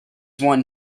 won